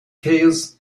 chaos